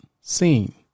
seen